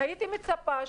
הייתי מצפה,